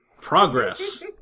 Progress